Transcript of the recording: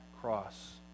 cross